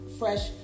fresh